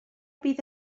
bydd